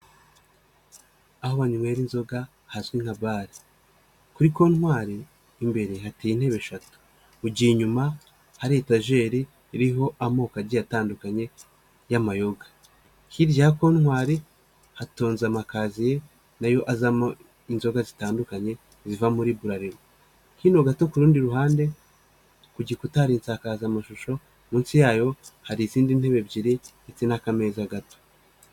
Aho banywera inzoga hazwi nka bare. Kuri kontwari, imbere hateye intebe eshatu. Mugihe inyuma hari etajeri, iriho amoko agiye atandukanye y'amayoga. Hirya ya kontwari hatonze amakaziye, nayo azamo inzoga zitandukanye, ziva muri buralirwa. Hino gato ku rundi ruhande, ku gikuta hari insakaza mashusho, munsi yayo hari izindi ntebe ebyiri ndetse n'akameza gato.